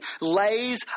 lays